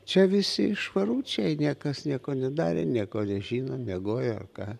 čia visi švaručiai niekas nieko nedarė nieko nežino miegojo ar ką